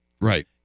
Right